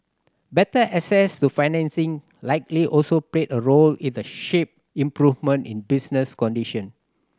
better access to financing likely also played a role in the shape improvement in business condition